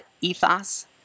ethos